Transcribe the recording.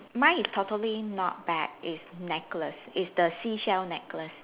mine is totally not bag it's necklace it's the seashell necklace